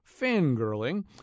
Fangirling